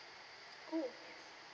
oh